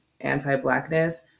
anti-blackness